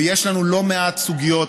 ויש לנו לא מעט סוגיות,